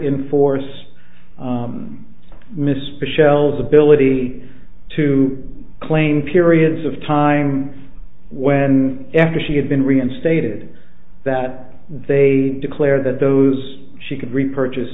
in force missed the shelves ability to claim periods of time when after she had been reinstated that they declare that those she could repurchase